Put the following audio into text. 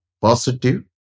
positive